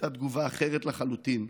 הייתה תגובה אחרת לחלוטין,